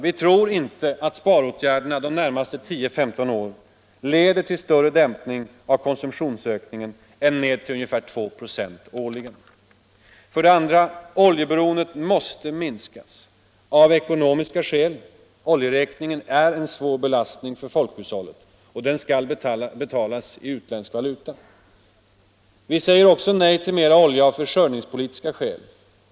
Vi tror inte att sparåtgärderna de närmaste 10-15 åren leder till större dämpning av konsumtionsökningen än med ungefär 2 96 årligen. 2. Oljeberoendet måste minskas av ekonomiska skäl. Oljeräkningen är en svår belastning för folkhushållet, och den skall betalas i utländsk valuta. Vi säger också nej till mera olja av försörjningspolitiska skäl.